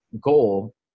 goal